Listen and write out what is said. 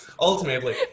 ultimately